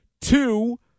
Two